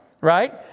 right